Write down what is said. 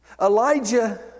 Elijah